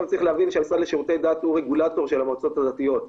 צריך להבין שהמשרד לשירותי דת הוא רגולטור של המועצות הדתיות.